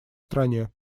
стране